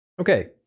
Okay